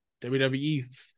WWE